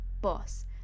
Boss